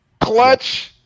Clutch